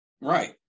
Right